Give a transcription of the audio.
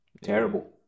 Terrible